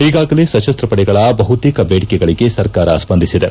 ಈಗಾಗಲೇ ಸಶಸ್ತ್ರ ಪಡೆಗಳ ಬಹುತೇಕ ಬೇದಿಕೆಗಳಿಗೆ ಸರ್ಕಾರ ಸ್ಪಂದಿಸಿದೆ